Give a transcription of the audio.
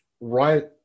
right